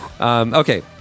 Okay